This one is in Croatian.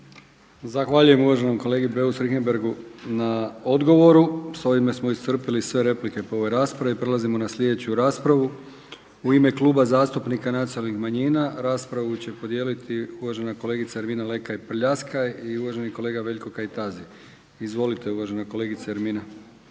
Zahvaljujem uvaženom kolegi Beus Richembergu na odgovoru. S ovime smo iscrpili sve replike po ovoj raspravi. Prelazimo na sljedeću raspravu. U ime Kluba zastupnika nacionalnih manjina raspravu će podijeliti uvažena kolegica Ervina Lekaj Prljaska i uvaženi kolega Veljko Kajtazi. Izvolite uvažena kolegice Ermina.